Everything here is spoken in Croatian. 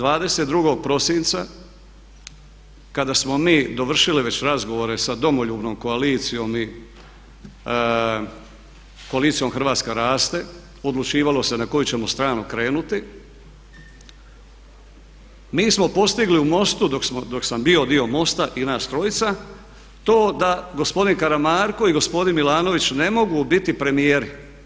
22. prosinca kada smo mi dovršili već razgovore sa Domoljubnom koalicijom i koalicijom Hrvatska raste odlučivalo se na koju ćemo stranu krenuti, mi smo postigli u MOST-u dok sam bio dio MOST-a i nas trojica, to da gospodin Karamarko i gospodin Milanović ne mogu biti premijeri.